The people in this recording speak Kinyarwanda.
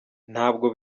ntabwo